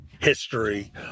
history